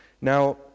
Now